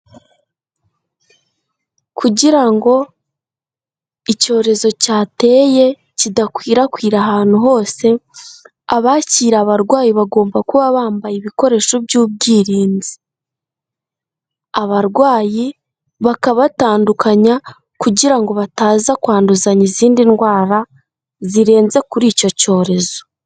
Kugira ngo icyorezo cyateye kidakwirakwira ahantu hose abakira abarwayi bagomba kuba bambaye ibikoresho by'ubwirinzi, abarwayi bakabatandukanya kugira ngo bataza kwanduzanya izindi ndwara zirenze kuri icyo cyorezo.